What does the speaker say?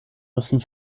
müssen